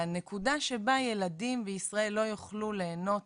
הנקודה שבה ילדים בישראל לא יוכלו ליהנות